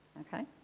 okay